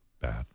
bad